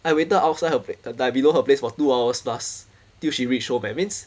I waited outside her place like below her place for two hours plus till she reach home eh means